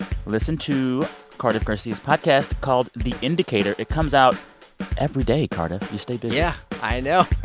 listen to cardiff garcia's podcast called the indicator. it comes out every day, cardiff. you stay busy yeah, i know.